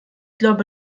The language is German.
glaube